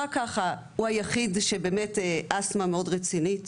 רק ככה, הוא היחיד שבאמת אסטמה מאוד רצינית.